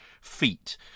feat